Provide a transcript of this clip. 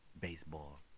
Baseball